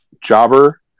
Jobber